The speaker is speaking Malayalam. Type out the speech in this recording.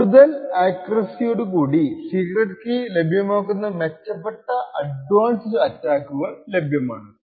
കൂടുതൽ അക്ക്യൂറസിയോടുകൂടി സീക്രെട്ട് കീ ലഭ്യമാക്കുന്ന മെച്ചപ്പെട്ട അഡ്വാൻസ്ഡ് അറ്റാക്കുകൾ ലഭ്യമാണ്